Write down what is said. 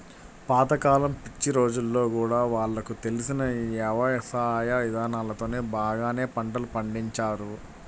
పాత కాలం పిచ్చి రోజుల్లో గూడా వాళ్లకు తెలిసిన యవసాయ ఇదానాలతోనే బాగానే పంటలు పండించారు